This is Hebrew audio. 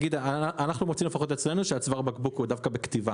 אנחנו מוצאים לפחות אצלנו שצוואר הבקבוק הוא דווקא בכתיבה